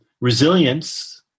Resilience